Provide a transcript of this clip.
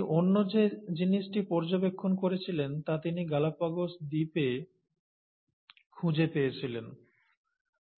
তিনি অন্য যে জিনিসটি পর্যবেক্ষণ করেছিলেন তা তিনি গালাপাগোস দ্বীপে খুঁজে পেয়েছিলেন